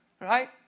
right